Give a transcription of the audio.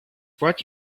what